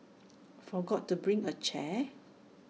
forgot to bring A chair